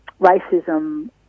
racism